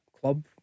club